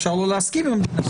אפשר לא להסכים עם המדינה,